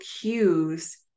cues